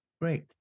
Great